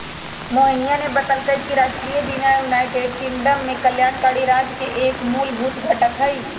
मोहिनीया ने बतल कई कि राष्ट्रीय बीमा यूनाइटेड किंगडम में कल्याणकारी राज्य के एक मूलभूत घटक हई